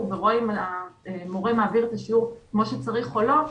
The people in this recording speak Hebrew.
ורואה אם המורה מעביר את השיעור כמו שצריך או לא,